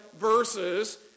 verses